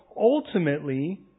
ultimately